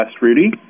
Rudy